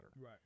Right